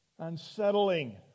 unsettling